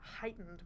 heightened